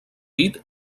pit